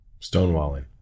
Stonewalling